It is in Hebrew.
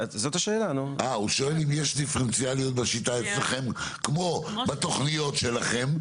הוא שואל אם יש דיפרנציאליות בשיטה אצלכם כמו בתוכניות שלכם,